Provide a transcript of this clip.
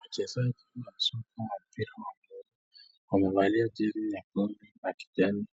Wachezaji wa soka wa timu wamevalia jezi nyekundu na kijani